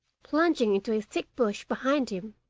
plunging into a thick bush behind him.